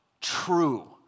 true